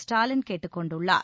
ஸ்டாலின் கேட்டுக் கொண்டுள்ளார்